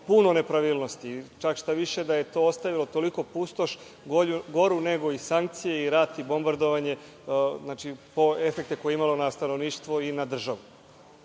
puno nepravilnosti, šta više da je to ostavilo toliko pustoš goru nego i sankcije i rat i bombardovanje po efekte koje je imala na stanovništvo i na državu. Čuli